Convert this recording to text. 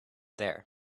there